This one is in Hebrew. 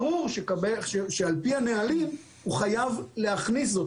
ברור שעל פי הנהלים הוא חייב להכניס זאת